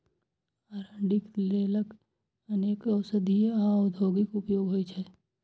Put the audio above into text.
अरंडीक तेलक अनेक औषधीय आ औद्योगिक उपयोग होइ छै